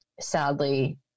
sadly